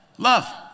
Love